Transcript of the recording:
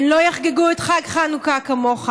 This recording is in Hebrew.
הן לא יחגגו את חג חנוכה כמוך.